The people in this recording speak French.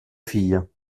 filles